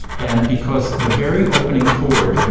and because the very opening chord